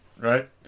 right